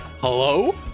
Hello